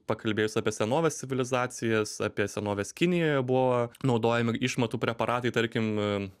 pakalbėjus apie senovės civilizacijas apie senovės kinijoje buvo naudojami išmatų preparatai tarkim